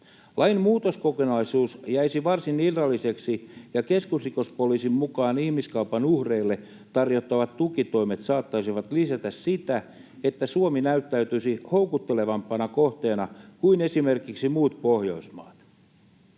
Lain muutoskokonaisuus jäisi varsin irralliseksi, ja keskusrikospoliisin mukaan ihmiskaupan uhreille tarjottavat tukitoimet saattaisivat lisätä sitä, että Suomi näyttäytyisi houkuttelevampana kohteena kuin esimerkiksi muut Pohjoismaat.